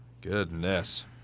goodness